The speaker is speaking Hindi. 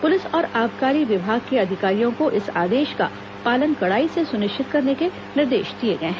पुलिस और आबकारी विभाग के अधिकारियों को इस आदेश का पालन कड़ाई से सुनिश्चित करने के निर्देश दिए गए हैं